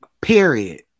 Period